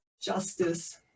justice